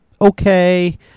okay